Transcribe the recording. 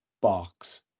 box